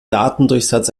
datendurchsatz